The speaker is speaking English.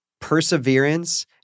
perseverance